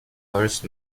first